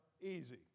easy